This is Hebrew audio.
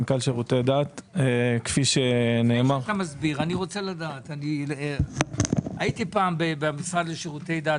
לפני שתסביר - הייתי פעם במשרד לשירותי דת,